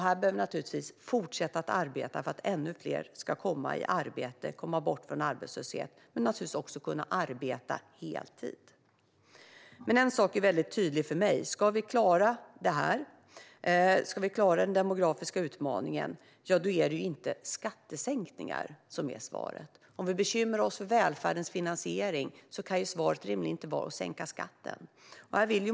Vi behöver naturligtvis fortsätta att arbeta för att ännu fler ska komma i arbete, komma bort från arbetslöshet och också kunna arbeta heltid. En sak är väldigt tydlig för mig: Ska vi klara den demografiska utmaningen är det inte skattesänkningar som är svaret. Om vi bekymrar oss för välfärdens finansiering kan svaret rimligen inte vara att sänka skatten.